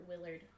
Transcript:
Willard